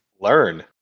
Learn